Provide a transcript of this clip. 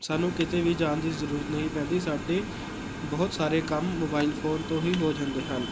ਸਾਨੂੰ ਕਿਤੇ ਵੀ ਜਾਣ ਦੀ ਜ਼ਰੂਰਤ ਨਹੀਂ ਪੈਂਦੀ ਸਾਡੇ ਬਹੁਤ ਸਾਰੇ ਕੰਮ ਮੋਬਾਇਲ ਫ਼ੋਨ ਤੋਂ ਹੀ ਹੋ ਜਾਂਦੇ ਹਨ